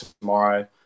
tomorrow